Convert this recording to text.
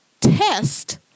test